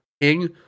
King